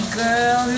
girl